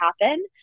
happen